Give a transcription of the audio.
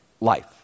life